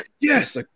Yes